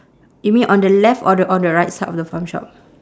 you mean on the left or the or the right side of the farm shop